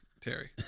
Terry